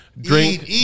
Drink